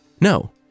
No